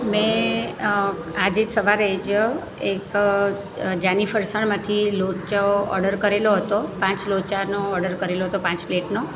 મેં આજે સવારે જ એક જાની ફરસાણમાંથી લોચો ઓડર કરેલો હતો પાંચ લોચાનો ઓડર કરેલો હતો પાંચ પ્લેટનો